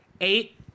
Eight